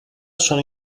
sono